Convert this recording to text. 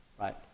right